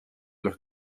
los